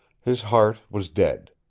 his heart was dead.